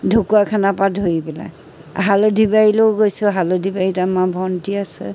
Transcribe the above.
ঢুকুৱাখানাৰপৰা ধৰি পেলাই হালধি বাৰীলৈও গৈছোঁ হালধি বাৰীত আমাৰ ভণ্টী আছে